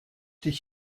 dich